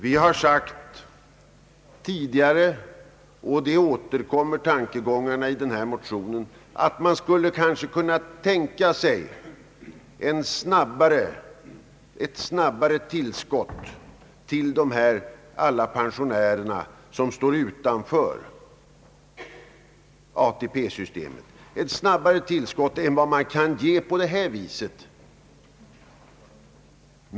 Vi har tidigare sagt — synpunkter som återkommer i den aktuella motionen — att vi för alla de pensionärer som står utanför ATP-systemet skulle kunna tänka oss ett snabbare tillskott än vad man kan ge på det här föreslagna sättet.